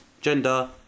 gender